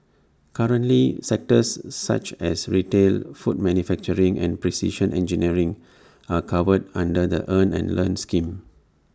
currently sectors such as retail food manufacturing and precision engineering are covered under the earn and learn scheme